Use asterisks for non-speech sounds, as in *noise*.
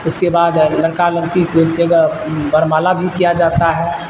اس کے بعد لڑکا لڑکی *unintelligible* بر مالا بھی کیا جاتا ہے